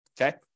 Okay